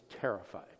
terrified